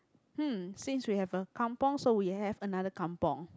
hmm since we have a kampung so we have another kampung